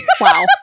Wow